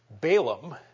Balaam